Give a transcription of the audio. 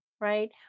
right